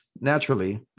naturally